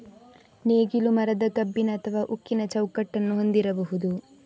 ನೇಗಿಲು ಮರದ, ಕಬ್ಬಿಣ ಅಥವಾ ಉಕ್ಕಿನ ಚೌಕಟ್ಟನ್ನು ಹೊಂದಿರಬಹುದು